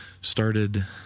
started